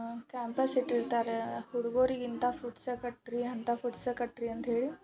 campus ಇಟ್ಟಿರ್ತಾರೆ ಹುಡುಗರಿಗೆ ಇಂಥ ಫ್ರುಟ್ಸೇ ಕಟ್ಟಿರಿ ಅಂಥ ಫುಡ್ಸೇ ಕಟ್ಟಿರಿ ಅಂತ ಹೇಳಿ